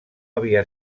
havia